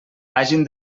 hagin